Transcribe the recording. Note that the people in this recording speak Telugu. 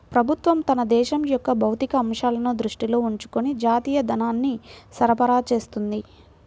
ప్రభుత్వం తన దేశం యొక్క భౌతిక అంశాలను దృష్టిలో ఉంచుకొని జాతీయ ధనాన్ని సరఫరా చేస్తుంది